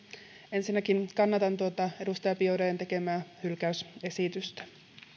ensinnäkin kannatan edustaja biaudetn tekemää hylkäysesitystä